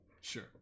Sure